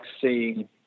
seeing